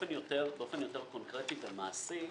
באופן יותר קונקרטי ומעשי,